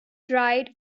dried